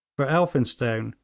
for elphinstone,